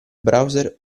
browser